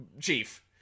Chief